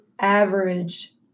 average